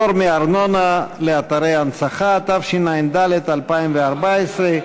(פטור מארנונה לאתרי הנצחה), התשע"ד 2014,